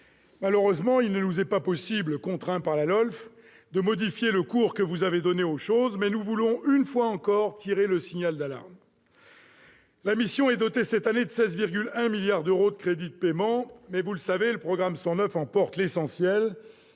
par la LOLF, il ne nous est pas possible de modifier le cours que vous avez donné aux choses. Mais nous voulons, une fois encore, tirer le signal d'alarme. La mission est dotée cette année de 16,1 milliards d'euros de crédits de paiement, mais, vous le savez, le programme 109 en porte l'essentiel,